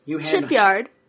shipyard